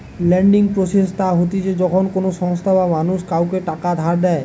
lending process তা হতিছে যখন কোনো সংস্থা বা মানুষ কাওকে টাকা ধার দেয়